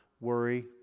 Worry